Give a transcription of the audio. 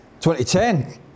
2010